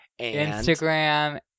Instagram